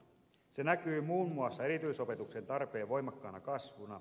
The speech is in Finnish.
ne näkyvät muun muassa erityisopetuksen tarpeen voimakkaana kasvuna